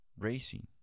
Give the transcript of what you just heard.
racing